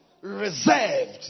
reserved